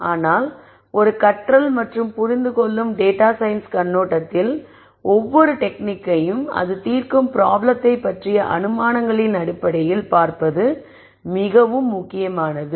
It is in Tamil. ஆனால் ஒரு கற்றல் மற்றும் புரிந்துகொள்ளும் டேட்டா சயின்ஸ் கண்ணோட்டத்தில் ஒவ்வொரு டெக்னிக்கையும் அது தீர்க்கும் ப்ராப்ளத்தை பற்றிய அனுமானங்களின் அடிப்படையில் பார்ப்பது மிகவும் முக்கியமானது